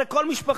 הרי כל משפחה,